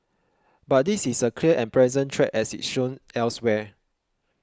but this is a clear and present threat as it shown elsewhere